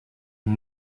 une